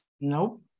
Nope